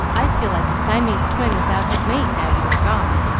i feel like a siamese twin without his mate now you are gone,